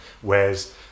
whereas